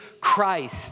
Christ